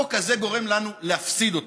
החוק הזה גורם לנו להפסיד אותם,